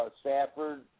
Stafford